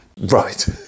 Right